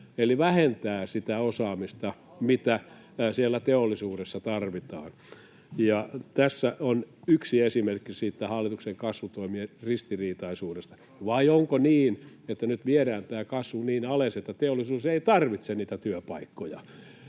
eli vähentää sitä osaamista, mitä siellä teollisuudessa tarvitaan. Tässä on yksi esimerkki siitä hallituksen kasvutoimien ristiriitaisuudesta. Vai onko niin, että nyt viedään tämä kasvu niin alas, että teollisuus ei tarvitse niitä työpaikkoja?